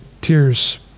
tears